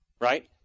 Right